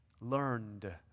learned